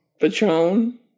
Patron